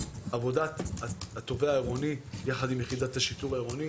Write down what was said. עבודת התובע העירוני יחד עם יחידת השיטור העירוני,